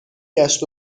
گشت